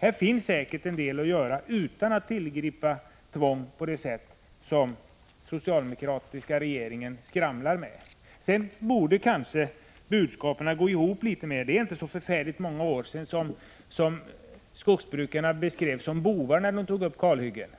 Här finns säkert en del att göra utan att tillgripa tvång på det sätt som den socialdemokratiska regeringen hotar med. Vidare borde kanske budskapen gå bättre ihop. Det är inte så förfärligt många år sedan skogsbrukarna beskrevs som bovar när de tog upp kalhyggen